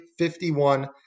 51